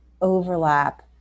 overlap